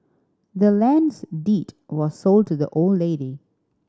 the land's deed was sold to the old lady